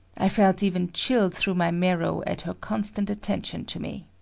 i felt even chilled through my marrow at her constant attention to me.